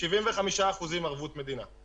75% ערבות מדינה.